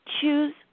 choose